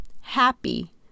happy